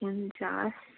हुन्छ हवस्